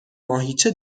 ماهیچه